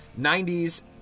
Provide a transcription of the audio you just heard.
90s